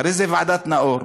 אחרי זה ועדת נאור,